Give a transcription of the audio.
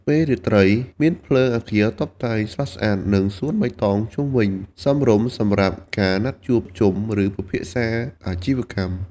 ពេលរាត្រី មានភ្លើងអគារតុបតែងស្រស់ស្អាត និងសួនបៃតងជុំវិញ សមរម្យសម្រាប់ការណាត់ជួបជុំ ឬពិភាក្សាអាជីវកម្ម។